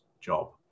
job